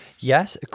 yes